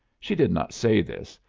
she did not say this,